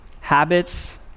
Habits